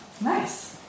Nice